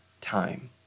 time